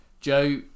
Joe